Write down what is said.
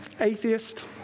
atheist